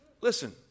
Listen